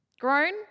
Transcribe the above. grown